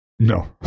No